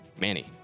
Manny